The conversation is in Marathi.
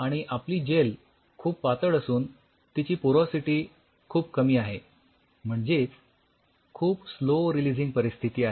आणि आपली जेल खूप पातळ असून तीची पोरॉसिटी खूप कमी आहे म्हणजेच खूपच स्लो रिलिझिंग परिस्थिती आहे